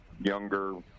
younger